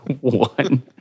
one